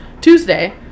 Tuesday